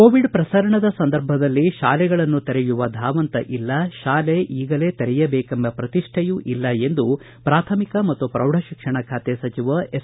Covid ಪ್ರಸರಣದ ಸಂದರ್ಭದಲ್ಲಿ ಶಾಲೆಗಳನ್ನು ತೆರೆಯುವ ಧಾವಂತ ಇಲ್ಲ ಶಾಲೆ ಈಗಲೇ ತೆರೆಯಬೇಕೆಂಬ ಪ್ರತಿಷ್ಠೆಯೂ ಇಲ್ಲ ಎಂದು ಪ್ರಾಥಮಿಕ ಮತ್ತು ಪ್ರೌಢಶಿಕ್ಷಣ ಸಚಿವ ಎಸ್